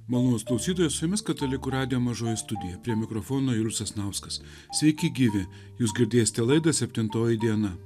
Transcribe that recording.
malonūs klausytojai su jumis katalikų radijo mažoji studija prie mikrofono julius sasnauskas sveiki gyvi jūs girdėsite laidą septintoji diena